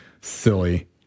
silly